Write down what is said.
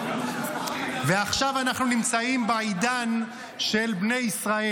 ועכשיו אנחנו נמצאים בעידן של בני ישראל.